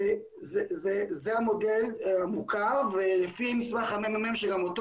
זה המודל המוכר ולפי מסמך הממ"מ שגם אותו